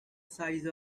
size